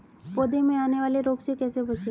पौधों में आने वाले रोग से कैसे बचें?